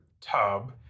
tub